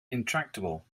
intractable